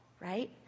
right